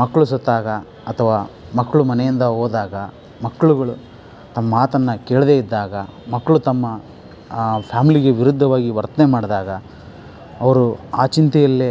ಮಕ್ಕಳು ಸತ್ತಾಗ ಅಥವಾ ಮಕ್ಕಳು ಮನೆಯಿಂದ ಹೋದಾಗ ಮಕ್ಕಳುಗಳು ತಮ್ಮ ಮಾತನ್ನು ಕೇಳದೆ ಇದ್ದಾಗ ಮಕ್ಕಳು ತಮ್ಮ ಫ್ಯಾಮಿಲಿಗೆ ವಿರುದ್ಧವಾಗಿ ವರ್ತನೆ ಮಾಡಿದಾಗ ಅವರು ಆ ಚಿಂತೆಯಲ್ಲೆ